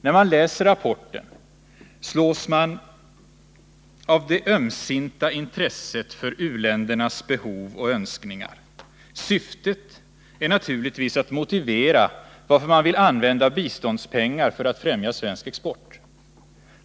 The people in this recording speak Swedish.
När man läser rapporten slås man av det ömsinta intresset för u-ländernas behov och önskningar. Syftet är naturligtvis att motivera varför man vill använda biståndspengar för att främja svensk export.